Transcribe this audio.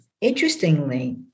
Interestingly